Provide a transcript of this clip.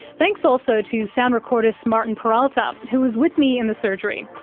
thanks also to sound recordist martin peralta who was with me in the surgery.